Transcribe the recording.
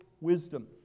wisdom